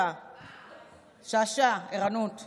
06:40. שאשא, ערנות.